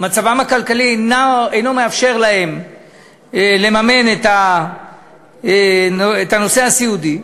מצבם הכלכלי אינו מאפשר להם לממן את הטיפול הסיעודי,